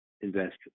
invest